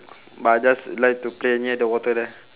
but I just like to play near the water there